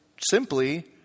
simply